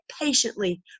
patiently